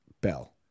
Bell